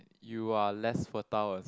you are less fertile